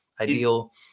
ideal